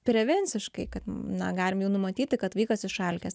prevenciškai kad na galim jau numatyti kad vaikas išalkęs